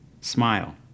Smile